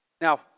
Now